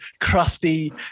crusty